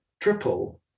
triple